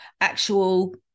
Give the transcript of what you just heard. actual